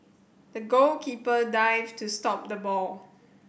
the goalkeeper dived to stop the ball